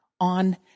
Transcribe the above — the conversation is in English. on